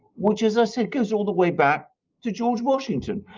which, as i said, goes all the way back to george washington.